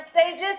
stages